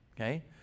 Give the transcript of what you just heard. okay